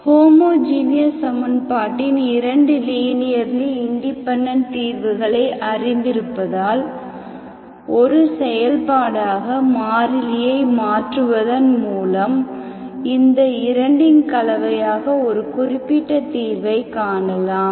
homogeneous சமன்பாட்டின் இரண்டு linearly independent தீர்வுகளை அறிந்திருப்பதால் ஒரு செயல்பாடாக மாறிலியை மாற்றுவதன் மூலம் இந்த இரண்டின் கலவையாக ஒரு குறிப்பிட்ட தீர்வைக் காணலாம்